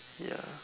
ya